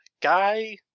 guy